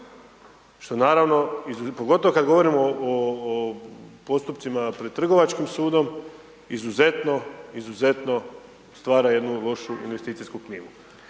što naravno pogotovo kada govorimo o postupcima pred trgovačkim sudom izuzetno, izuzetno stvara jednu lošu investicijsku klimu.